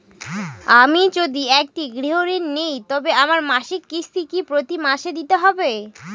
আমি যদি একটি গৃহঋণ নিই তবে আমার মাসিক কিস্তি কি প্রতি মাসে দিতে হবে?